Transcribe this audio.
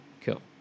Cool